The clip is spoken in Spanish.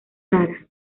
rara